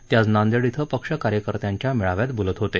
ते आज नांदेड श्री पक्ष कार्यकर्त्यांच्या मेळाव्यात बोलत होते